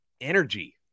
energy